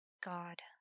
God